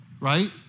right